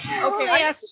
Okay